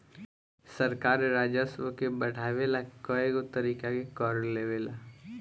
सरकार राजस्व के बढ़ावे ला कएगो तरीका के कर लेवेला